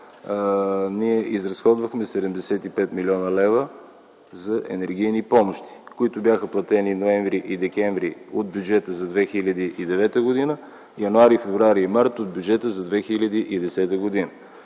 ние изразходвахме 75 млн. лв. за енергийни помощи, които бяха платени месеците ноември и декември от бюджета за 2009 г., а януари, февруари и март – от бюджета за 2010 г.